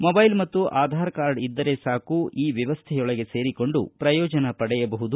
mobile ಮತ್ತು Aadhaar card ಇದ್ದರೆ ಸಾಕು ಈ ವ್ಯವಸ್ಥೆಯೊಳಗೆ ಸೇರಿಕೊಂಡು ಪ್ರಯೋಜನ ಪಡೆಯಬಹುದು